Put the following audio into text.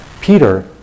Peter